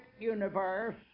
universe